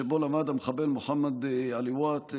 שבו למד המחבל מחמוד עליוואת,